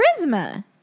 charisma